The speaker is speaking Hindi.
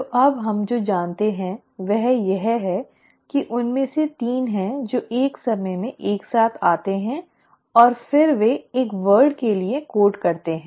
तो अब हम जो जानते हैं वह यह है कि उनमें से 3 हैं जो एक समय में एक साथ आते हैं और फिर वे एक शब्द के लिए कोड करते हैं